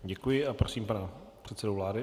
Děkuji a prosím pana předsedu vlády.